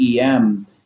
EM